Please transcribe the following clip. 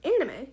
anime